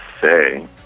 say